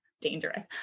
dangerous